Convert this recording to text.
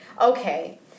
Okay